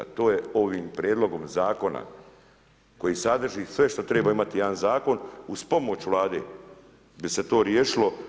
To je ovim prijedlogom zakona, koji sadrži sve što treba imati jedan zakon uz pomoć Vlade bi se to riješilo.